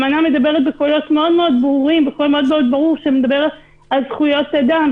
היא מדברת בקול מאוד ברור שמדבר על זכויות אדם.